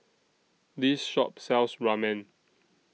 This Shop sells Ramen